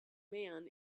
man